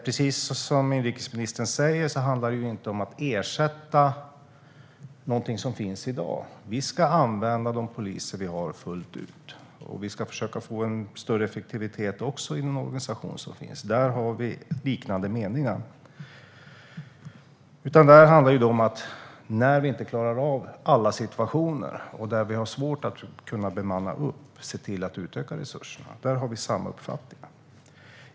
Precis som han säger handlar det inte om att ersätta någonting som finns i dag. Vi ska använda de poliser vi har fullt ut. Vi ska också försöka få större effektivitet i den organisation som finns. Där är vi överens. Det här handlar om när vi inte klarar av alla situationer och att vi ska se till att utveckla resurserna där vi har svårt att bemanna upp. Där har vi samma uppfattning.